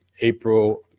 April